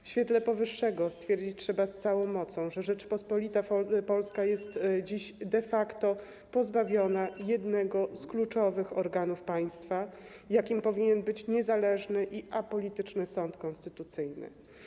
W świetle powyższego stwierdzić trzeba z całą mocą, że Rzeczpospolita Polska jest dziś de facto pozbawiona jednego z kluczowych organów państwa, jakim powinien być niezależny i apolityczny sąd konstytucyjny.